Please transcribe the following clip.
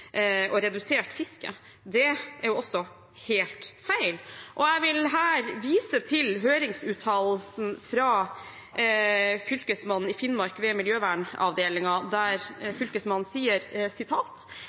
og redusert fiske. Det er også helt feil. Jeg vil her vise til høringsuttalelsen fra Fylkesmannen i Finnmark, ved Miljøvernavdelingen, der